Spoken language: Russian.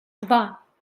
два